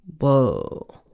Whoa